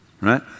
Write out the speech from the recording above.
right